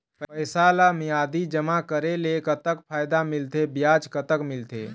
पैसा ला मियादी जमा करेले, कतक फायदा मिलथे, ब्याज कतक मिलथे?